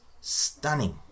stunning